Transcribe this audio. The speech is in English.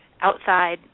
outside